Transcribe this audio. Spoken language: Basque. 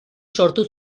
sortu